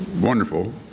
wonderful